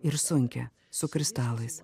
ir sunkią su kristalais